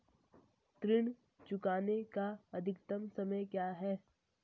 ऋण चुकाने का अधिकतम समय क्या है?